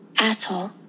Asshole